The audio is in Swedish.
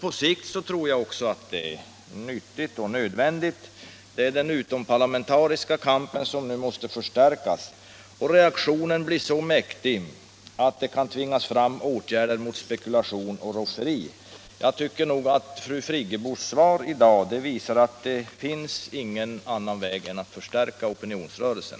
På sikt tror jag också att det är nyttigt och nödvändigt. Det är den utomparlamentariska kampen som nu måste förstärkas och reaktionen bli så mäktig att det kan tvingas fram åtgärder mot spekulation och rofferi. Jag tycker att fru Friggebos svar i dag visar att det inte finns någon annan väg att gå än att förstärka opinionsrörelsen.